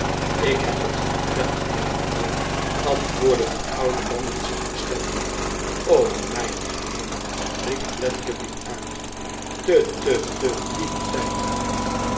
lik heb het wel gedaan heer antwoordde de oude man met zachte stem f o mijn hemel i riep fledgeby itut tut tut lieve tijd